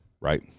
right